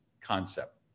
concept